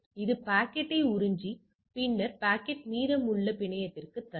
இது பாக்கெட்டை உறிஞ்சி பின்னர் பாக்கெட்டை மீதமுள்ள பிணையத்திற்கு தள்ளும்